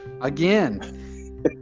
again